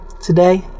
Today